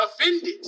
offended